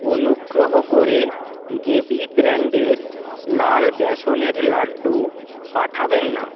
অনুগ্রহ করে গেবি ব্র্যাণ্ডের লাল বেসনের লাড্ডু পাঠাবেন না